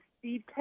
Steve